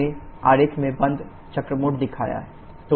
हमने आरेख में बंद चक्र मोड दिखाया है